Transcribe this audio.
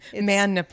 man